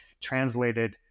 translated